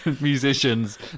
musicians